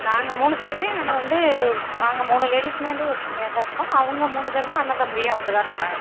நாங்கள் மூணு பேருமே நாங்கள் வந்து நாங்கள் மூணு லேடிஸுமே வந்து ஒற்றுமையாக தான் இருப்போம் அவங்க மூணு பேருமே அண்ணன் தம்பியும் அப்படி தான் இருப்பாங்க